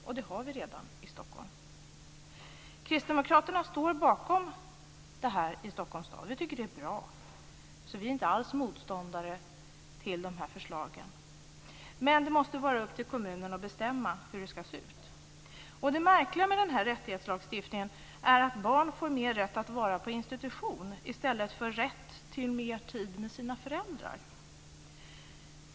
Så är det redan i Stockholm. Kristdemokraterna står bakom det här i Stockholms stad. Vi tycker att det är bra, så vi är inte alls motståndare till de här förslagen. Men det måste vara upp till kommunen att bestämma hur det ska se ut. Det märkliga med den här rättighetslagstiftningen är att barn får rätt att vara mer på institution i stället för rätt till mer tid med sina föräldrar.